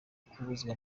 kubuzwa